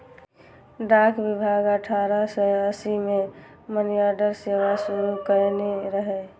डाक विभाग अठारह सय अस्सी मे मनीऑर्डर सेवा शुरू कयने रहै